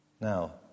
Now